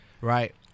Right